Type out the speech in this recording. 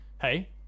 hey